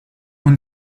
when